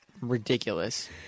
ridiculous